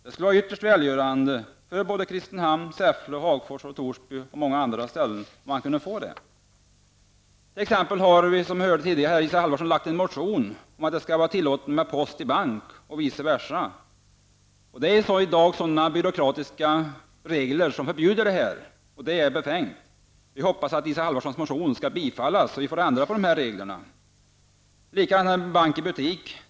Det skulle vara ytterst välgörande för Kristinehamn, Säffle, Hagfors, Torsby och många andra platser, om vi kunde få det. T.ex. har, som vi hört tidigare, Isa Halvarsson väckt en motion om att det skall vara tillåtet med post i bank och vice versa, vilket byråkratiska regler förbjuder i dag. Det är befängt. Vi hoppas att Isa Halvarssons motion bifalles, så att man ändrar de reglerna. Likadant är det med bank i butik.